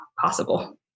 possible